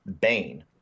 Bane